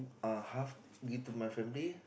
uh half give to my family